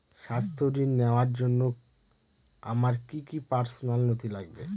স্বাস্থ্য ঋণ নেওয়ার জন্য আমার কি কি পার্সোনাল নথি লাগবে?